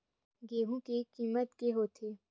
गेहूं के किसम के होथे?